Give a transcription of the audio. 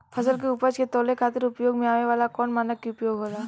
फसल के उपज के तौले खातिर उपयोग में आवे वाला कौन मानक के उपयोग होला?